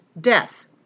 death